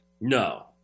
No